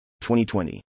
2020